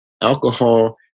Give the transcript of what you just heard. alcohol